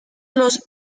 los